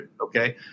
okay